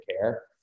care